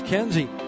Kenzie